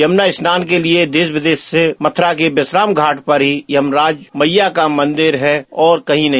यमुना स्नान के लिए देश विदेश से मथुरा के विश्राम घाट पर ही धर्मराज यमुना मैया का मंदिर है वत कहीं नहीं